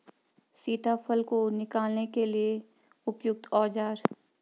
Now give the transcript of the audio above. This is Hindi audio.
सीताफल को निकालने के लिए उपयुक्त औज़ार?